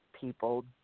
people